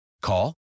call